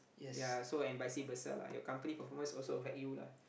ya so and vice versa lah your company performance also affect you lah